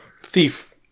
Thief